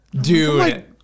Dude